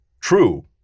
True